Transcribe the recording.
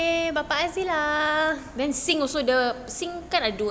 okay bapa azila